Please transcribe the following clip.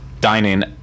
dining